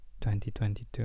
2022